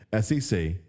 SEC